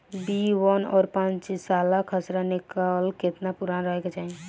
B one और पांचसाला खसरा नकल केतना पुरान रहे के चाहीं?